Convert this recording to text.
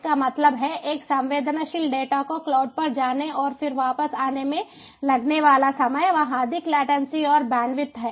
इसका मतलब है एक संवेदनशील डेटा को क्लाउड पर जाने और फिर वापस आने में लगने वाला समय वह अवधि लेटन्सी और बैंडविड्थ है